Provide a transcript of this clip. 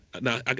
Now